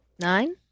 Nine